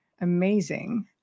amazing